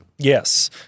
Yes